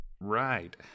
right